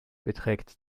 beträgt